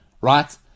right